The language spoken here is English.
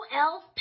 Elf